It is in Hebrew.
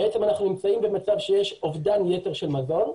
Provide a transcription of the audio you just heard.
בעצם אנחנו נמצאים במצב שיש אובדן יתר של מזון.